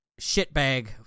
shitbag